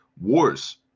Wars